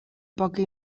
poca